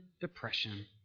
depression